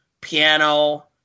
piano